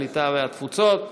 הקליטה והתפוצות.